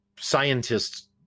scientists